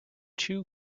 two